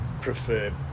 prefer